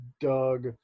Doug